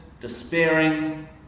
despairing